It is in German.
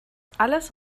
alles